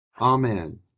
Amen